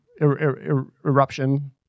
eruption